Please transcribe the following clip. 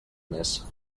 més